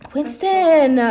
Winston